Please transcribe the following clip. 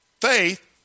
Faith